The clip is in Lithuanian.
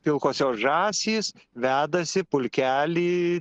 pilkosios žąsys vedasi pulkelį